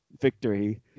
victory